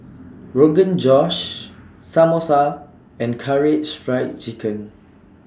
Rogan Josh Samosa and Karaage Fried Chicken